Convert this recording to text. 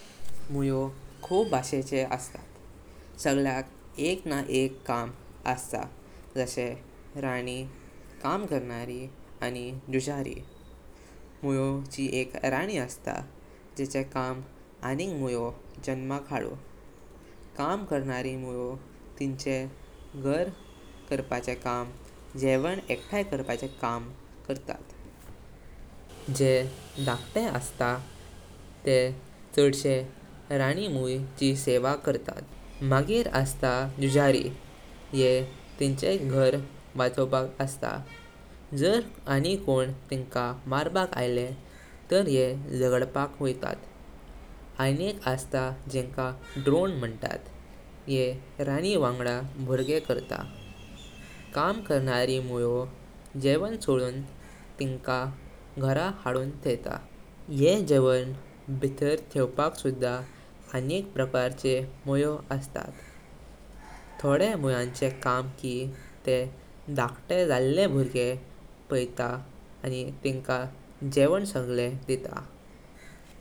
मुओ खूप बाशे चे असता, सगळ्यक एक न एक काम असता जासे राणी, काम करणानी आनी जुझारी। मुओ ची एक राणी असता जेचे काम अनिग मुओ जन्मक हदु। काम करणानी मुओ तिनचे घर करपाचे काम, गेवन एकथाय करपाचे काम करता। जे धक्ते असता तर चडसे राणी मुओ ची सेवा करता। मागीर असता जुझारी, येह तिनचे घर वाचोपक असता। जर आनी कों तिन्का मारपक आले तर ये जगरपक वैतात। अनिक असता जेका ड्रोन म्हणतात, येह राणी वांगडा भुर्गे करता। काम करणानी मुओ गेवन सोडून तिचा घरां हाडून तेईता। येह गेवन भीतर ठेवपक सुद्धा अनिक प्रकार चे मुओ असतात। थोडे मुआमचे काम की तेह दाखते जाल्ले भुर्ग्यांग पायता आनी तिंका गेवन सगळे दिता।